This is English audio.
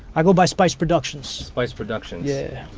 i go by spice productions spice productions yeah.